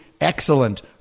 excellent